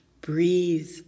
breathe